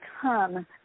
come